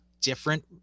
different